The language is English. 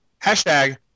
Hashtag